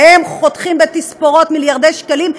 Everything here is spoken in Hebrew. והם חותכים בתספורות מיליארדי שקלים,